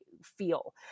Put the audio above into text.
feel